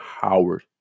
Howard